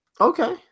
okay